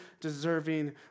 deserving